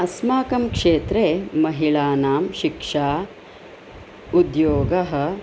अस्माकं क्षेत्रे महिळानां शिक्षा उद्योगः